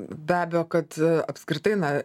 be abejo kad apskritai na